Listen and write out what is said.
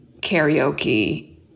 karaoke